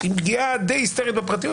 פגיעה די היסטרית בפרטיות,